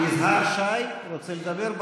יזהר שי, רוצה לדבר?